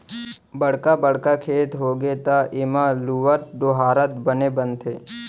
बड़का बड़का खेत होगे त एमा लुवत, डोहारत बने बनथे